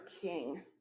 king